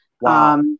Wow